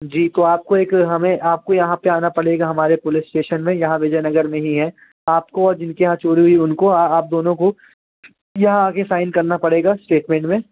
जी तो आपको तो एक हमें आपको यहाँ पर आना पड़ेगा हमारे पुलिस स्टेशन में यहाँ विजयनगर में ही है आपको और जिनके यहाँ चोरी हुई है उनको आप दोनों को यहाँ आ कर साइन करना पड़ेगा स्टेटमेंट में